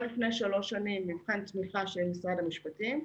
לפני שלוש שנים פורסם מבחן תמיכה של משרד המשפטים,